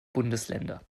bundesländer